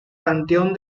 panteón